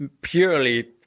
purely